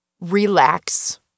relax